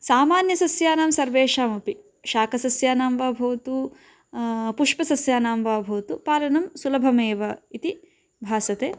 सामान्यसस्यानां सर्वेषामपि शाकसस्यानां वा भवतु पुष्पसस्यानां वा भवतु पालनं सुलभमेव इति भासते